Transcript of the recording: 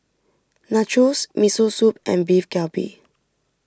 Nachos Miso Soup and Beef Galbi